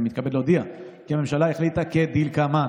אני מתכבד להודיע כי הממשלה החליטה כדלקמן: